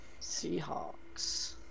Seahawks